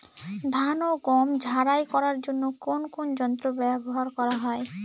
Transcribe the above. ধান ও গম ঝারাই করার জন্য কোন কোন যন্ত্র ব্যাবহার করা হয়?